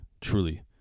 truly